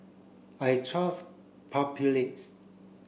I trust Papulex